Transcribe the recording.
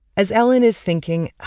as ellen is thinking,